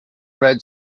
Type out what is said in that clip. red